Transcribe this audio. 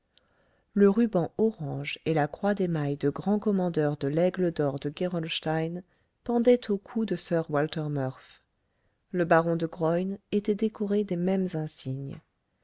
le ruban orange et la croix d'émail de grand commandeur de l'aigle d'or de gerolstein pendaient au cou de sir walter murph le baron de graün était décoré des mêmes insignes